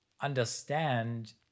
understand